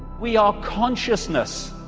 we are consciousness.